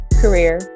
career